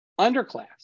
underclass